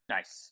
Nice